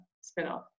spin-off